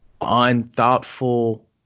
unthoughtful